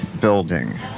building